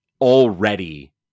already